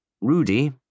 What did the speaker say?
Rudy